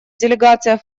делегация